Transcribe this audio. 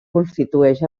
constitueix